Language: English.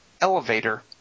Elevator